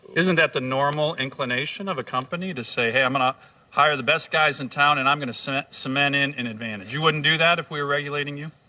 isn't that the normal inclination of a company to say, hey, i'm gonna hire the best guys in town and i'm gonna cement cement in an advantage. you wouldn't do that if we were regulating you?